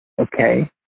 okay